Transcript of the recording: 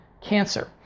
cancer